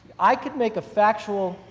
i could make a factual,